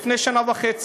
לפני שנה וחצי.